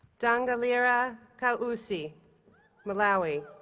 dangalira kausi, malawi